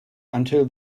until